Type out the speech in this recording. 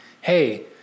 Hey